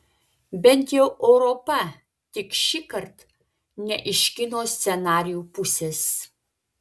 bent jau europa tik šįkart ne iš kino scenarijų pusės